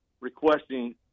requesting